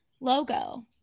logo